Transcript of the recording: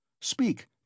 Speak